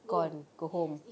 gone go home